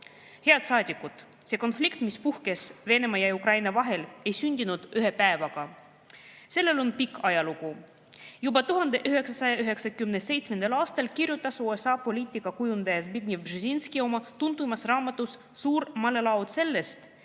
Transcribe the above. saadikud! See konflikt, mis on puhkenud Venemaa ja Ukraina vahel, ei sündinud ühe päevaga. Sellel on pikk ajalugu. Juba 1997. aastal kirjutas USA poliitika kujundaja Zbigniew Brzezinski oma tuntuimas raamatus "Suur malelaud" sellest,